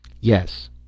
Yes